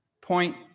point